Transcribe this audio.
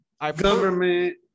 Government